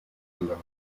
gelangen